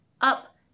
up